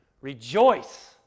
rejoice